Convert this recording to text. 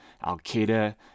al-Qaeda